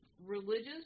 religious